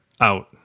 out